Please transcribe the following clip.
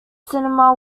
cinema